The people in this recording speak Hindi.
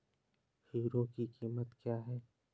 हीरो की कीमत क्या है?